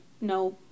no